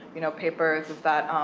you know, papers is that,